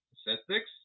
statistics